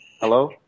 Hello